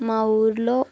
మా ఊరిలో